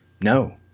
no